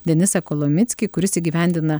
denisą kolomickį kuris įgyvendina